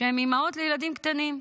שהן אימהות לילדים קטנים.